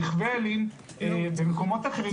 רחבי עלים במקומות אחרים,